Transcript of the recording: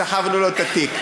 סחבנו לו את התיק.